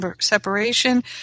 separation